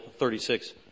36